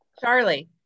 Charlie